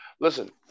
Listen